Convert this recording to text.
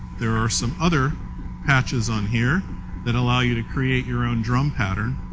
there are some other patches on here that allow you to create your own drum pattern.